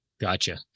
Gotcha